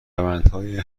روندهای